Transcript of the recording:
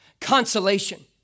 Consolation